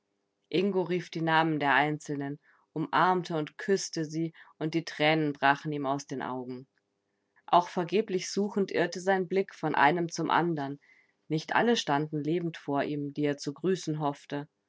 ingo rief die namen der einzelnen umarmte und küßte sie und die tränen brachen ihm aus den augen auch vergeblich suchend irrte sein blick von einem zum anderen nicht alle standen lebend vor ihm die er zu grüßen hoffte